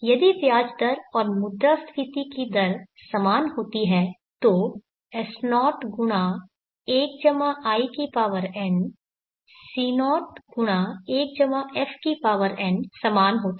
यदि ब्याज दर और मुद्रास्फीति की दर समान होती तो S0 1 i n C0 1 f n समान होता